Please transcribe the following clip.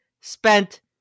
spent